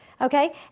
Okay